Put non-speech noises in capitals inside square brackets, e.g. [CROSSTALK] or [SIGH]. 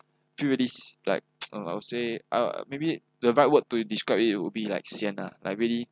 feels really is like [NOISE] uh I'd say uh maybe the right word to describe it it'll be like sien ah like really